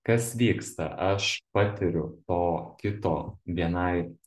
kas vyksta aš patiriu to kito bni